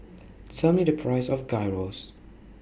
Tell Me The Price of Gyros